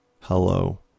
Hello